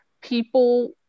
people